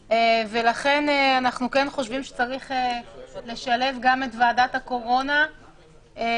ולכן אנחנו כן חושבים שצריך לשלב גם את ועדת הקורונה כחלק